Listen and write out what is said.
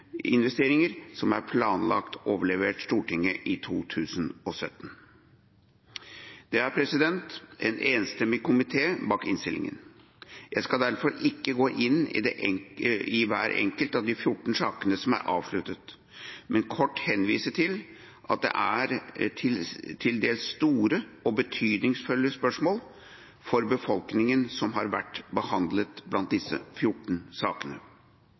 som er planlagt overlevert Stortinget i 2017. Det er en enstemmig komité bak innstillingen. Jeg skal derfor ikke gå inn i hver enkelt av de 14 sakene som er avsluttet, men kort henvise til at det er til dels store og betydningsfulle spørsmål for befolkningen som vært behandlet blant disse 14 sakene: